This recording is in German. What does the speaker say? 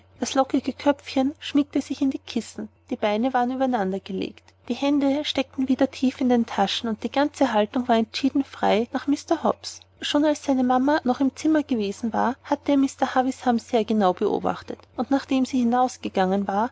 das lockige köpfchen schmiegte sich in die kissen die beine waren übereinander gelegt die hände steckten wieder tief in den taschen und die ganze haltung war entschieden frei nach mr hobbs schon als seine mama noch im zimmer gewesen war hatte er mr havisham sehr genau beobachtet und nachdem sie hinausgegangen war